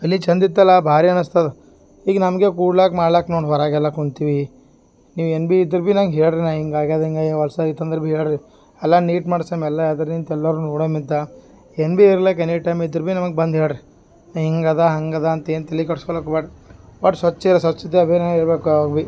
ಗಲ್ಲಿ ಚಂದ ಇತ್ತಲ ಭಾರಿ ಅನಸ್ತದೆ ಈಗ ನಮಗೆ ಕೂಡ್ಲಾಕೆ ಮಾಡ್ಲಾಕೆ ನೋಡಿ ಹೊರಗೆಲ್ಲ ಕುಂತಿವಿ ನೀವು ಏನು ಬಿ ಇದ್ರ ಬಿ ನಂಗೆ ಹೆಳ್ರಿ ನಾ ಹಿಂಗೆ ಆಗ್ಯಾದ ಹಿಂಗೆ ಈ ಹೊಲ್ಸು ಐತ ಅಂದ್ರೆ ಬಿ ಹೇಳಿರಿ ಎಲ್ಲ ನೀಟ್ ಮಾಡಿಸಿ ಮೆಲ್ಲ ಅದ್ರಿಂತ ಎಲ್ಲಾರನ್ನು ನೊಡೆಮ್ ಇದ್ದ ಏನು ಬಿ ಇರ್ಲಾಕ ಎನಿ ಟೈಮ್ ಇದ್ರ ಬಿ ನಮಗ್ ಬಂದು ಹೇಳಿರಿ ಹಿಂಗೆ ಅದ ಹಂಗೆ ಅದ ಅಂತೇನು ತಲೆ ಕೆಡಿಸ್ಕೊಳೋಕ್ ಹೋಗ್ಬೇಡ್ ಒಟ್ ಸ್ವಚ್ಚಿರ ಸ್ವಚ್ಚತೆ ಅಭಿಯಾನ್ ಇರ್ಬೇಕು ಯಾವಾಗ ಬಿ